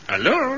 Hello